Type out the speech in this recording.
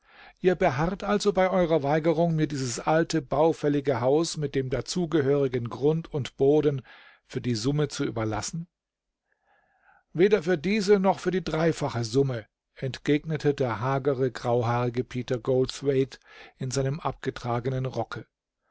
ihr beharrt also bei eurer weigerung mir dieses alte baufällige haus mit dem dazu gehörigen grund und boden für die summe zu überlassen weder für diese noch für die dreifache summe entgegnete der hagere grauhaarige peter goldthwaite in seinem abgetragenen rocke